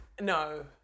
No